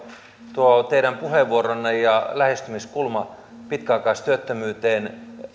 tuo teidän puheenvuoronne ja lähestymiskulma pitkäaikaistyöttömyyteen